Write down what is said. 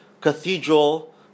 cathedral